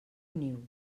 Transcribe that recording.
niu